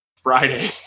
Friday